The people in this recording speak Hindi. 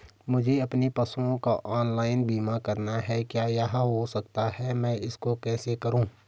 मुझे अपने पशुओं का ऑनलाइन बीमा करना है क्या यह हो सकता है मैं इसको कैसे करूँ?